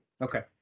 okay